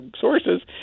sources